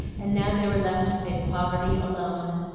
and now they were left to face poverty alone.